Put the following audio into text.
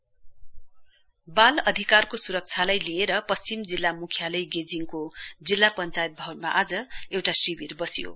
child rights बाल अधिकारको सुरक्षालाई लिएर पश्चिम जिल्ला मुख्यालय गेजिङको जिल्ला पश्चायत भवनमा आज एउटा शिविर बस्यो